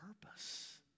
purpose